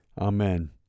Amen